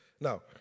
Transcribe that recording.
Now